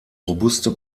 robuste